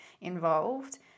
involved